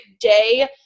day